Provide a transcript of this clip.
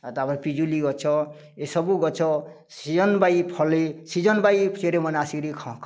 ଆଉ ତା'ପରେ ପିଜୁଳି ଗଛ ଏ ସବୁ ଗଛ ସିଜନ୍ ୱାଇ ଫଲେ ସିଜନ୍ ୱାଇ ମାନେ ଆସିକରି